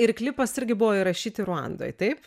ir klipas irgi buvo įrašyti ruandoj taip